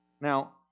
Now